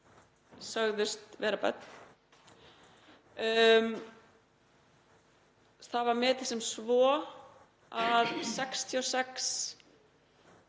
sögðust vera börn. Það var metið sem svo að 66